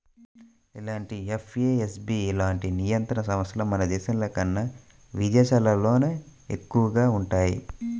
ఇలాంటి ఎఫ్ఏఎస్బి లాంటి నియంత్రణ సంస్థలు మన దేశంలోకన్నా విదేశాల్లోనే ఎక్కువగా వుంటయ్యి